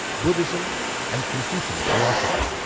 buddhism and confucian philosophy.